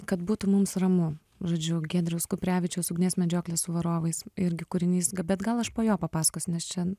kad būtų mums ramu žodžiu giedriaus kuprevičiaus ugnies medžioklė su varovais irgi kūrinys g gal aš po jo papasakosiu nes čia